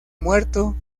muerto